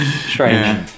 Strange